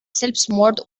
selbstmord